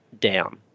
down